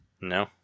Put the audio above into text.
No